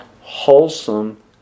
wholesome